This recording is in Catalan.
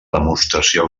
demostració